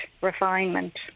refinement